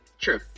True